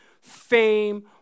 fame